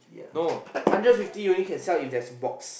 no hundred fifty only can sell if there is box